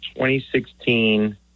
2016